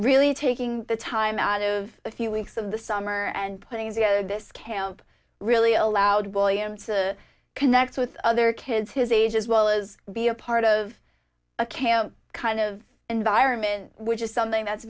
really taking the time out of a few weeks of the summer and putting together this camp really allowed william to connect with other kids his age as well as be a part of a camp kind of environment which is something that's